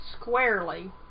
squarely